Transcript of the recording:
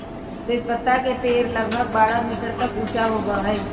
तेजपत्ता के पेड़ लगभग बारह मीटर तक ऊंचा होबा हई